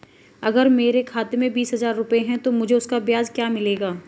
अगर मेरे खाते में बीस हज़ार रुपये हैं तो मुझे उसका ब्याज क्या मिलेगा?